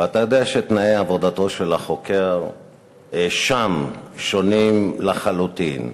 ואתה יודע שתנאי עבודתו של החוקר שם שונים לחלוטין.